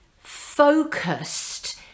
focused